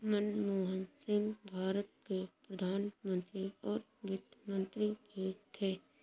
मनमोहन सिंह भारत के प्रधान मंत्री और वित्त मंत्री भी थे